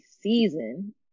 season